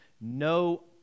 no